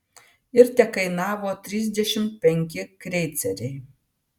ir tekainavo trisdešimt penki kreiceriai